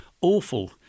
awful